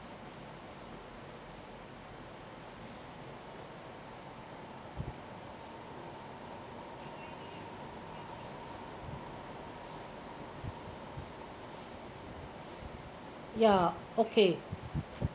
ya okay